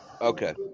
Okay